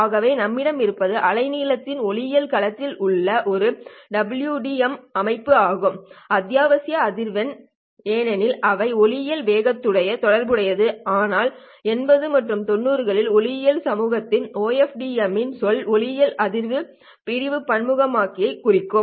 ஆகவே நம்மிடம் இருப்பது அலை நீளத்தின் ஒளியியல் களத்தில் உள்ள ஒரு WDM அமைப்பு ஆகும் அத்தியாவசிய அதிர்வெண் ஏனெனில் அவை ஒளியின் வேகத்துடன் தொடர்புடையவை ஆனால் 80 மற்றும் 90 களில் ஒளியியல் சமூகத்தின் OFDM என்ற சொல் ஒளியியல் அதிர்வெண் பிரிவு பன்முகமாக்கமை குறிக்கிறது